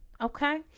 okay